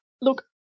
look